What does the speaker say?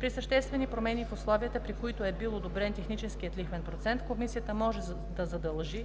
При съществени промени в условията, при които е бил одобрен техническият лихвен процент, комисията може да задължи